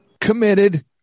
committed